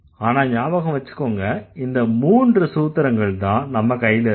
ஆனா ஞாபகம் வெச்சுக்கங்க இந்த மூன்று சூத்திரங்கள்தான் நம்ம கையில இருக்கு